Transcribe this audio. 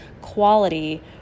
quality